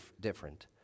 different